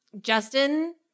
Justin